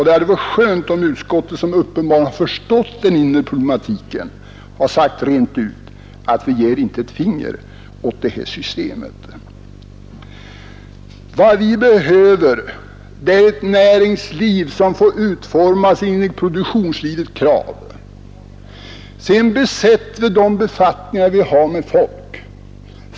Det hade varit skönt om utskottet, som uppenbarligen har förstått den inre problematiken, hade sagt rent ut att vi ger inte ett finger åt det systemet. Vad vi behöver är ett näringsliv som får utformas enligt produktionslivets krav. Sedan besätter vi de befattningar vi har med folk.